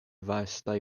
vastaj